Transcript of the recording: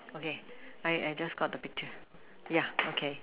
okay I I just got the picture yeah okay